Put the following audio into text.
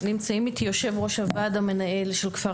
נמצאים איתי יושב ראש הוועד המנהל של כפר